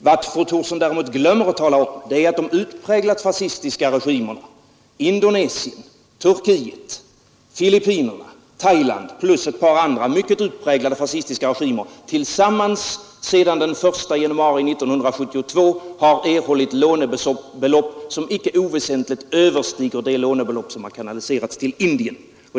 Vad fru Thorsson däremot glömmer att tala om är att de utpräglat fascistiska regimerna i Indonesien, Turkiet, Filippinerna, Thailand plus ett par andra mycket utpräglat fascistiska regimer tillsammans sedan den 1 januari 1972 har erhållit lånebelopp som icke oväsentligt överstiger de lånebelopp som har kanaliserats till Indien.